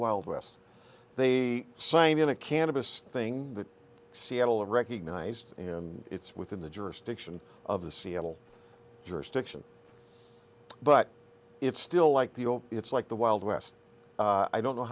wild west they signed in a cannabis thing that seattle recognized and it's within the jurisdiction of the seattle jurisdiction but it's still like the old it's like the wild west i don't know